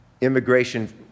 immigration